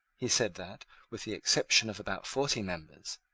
he said that, with the exception of about forty members,